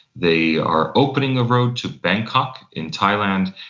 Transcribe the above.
they are opening a road to bangkok in thailand,